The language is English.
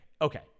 Okay